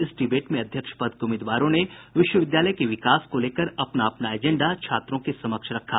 इस डिबेट में अध्यक्ष पद के उम्मीदवारों ने विश्वविद्यालय के विकास को लेकर अपना अपना एजेंडा छात्रों के समक्ष रखा